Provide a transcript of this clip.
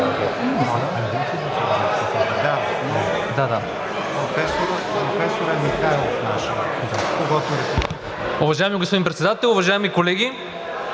Уважаеми господин Председател, уважаеми колеги!